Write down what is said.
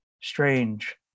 strange